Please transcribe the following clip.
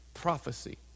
Prophecy